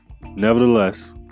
nevertheless